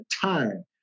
time